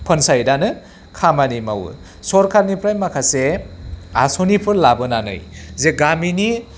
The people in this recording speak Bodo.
पन्सायतानो खामानि मावो सरकारनिफ्राय माखासे आस'निफोर लाबोनानै जे गामिनि